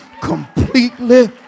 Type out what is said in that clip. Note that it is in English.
completely